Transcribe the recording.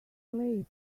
play